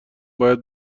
باید